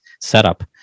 setup